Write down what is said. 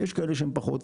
יש כאלה שהן פחות,